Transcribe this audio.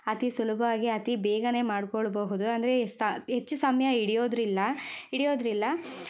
ಅತಿ ಸುಲಭವಾಗಿ ಅತಿ ಬೇಗನೆ ಮಾಡ್ಕೊಳ್ಳಬಹುದು ಅಂದರೆ ಸ ಹೆಚ್ಚು ಸಮಯ ಹಿಡಿಯೋದಿಲ್ಲ ಹಿಡಿಯೋದಿಲ್ಲ